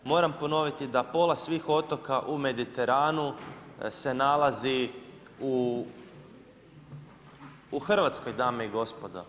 Moram ponoviti da pola svih otoka u Mediteranu se nalazi u Hrvatskoj dame i gospodo.